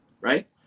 Right